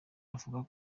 yavuze